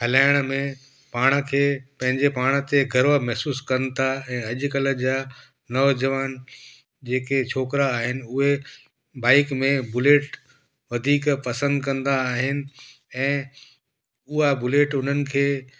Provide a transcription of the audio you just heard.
हलाइण में पाण खे पंहिंजे पाण ते गर्व महसूस कनि था ऐं अॼुकल्ह जा नौजवान जेके छोकिरा आहिनि उहे बाइक में बुलेट वधीक पसंफि कंदा आहिनि ऐं उहा बुलेट उन्हनि खे